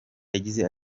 yagize